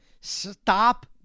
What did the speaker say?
Stop